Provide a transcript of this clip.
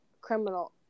criminal